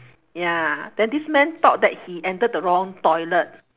ya then this man thought that he enter the wrong toilet